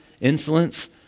insolence